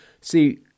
See